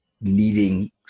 needing